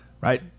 right